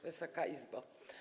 Wysoka Izbo!